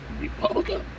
Republican